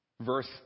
Verse